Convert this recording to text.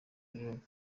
y’igihugu